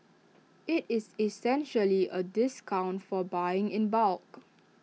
IT is essentially A discount for buying in bulk